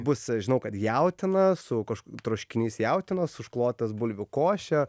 bus žinau kad jautiena su kaž troškinys jautienos užklotas bulvių koše